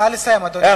נא לסיים, אדוני.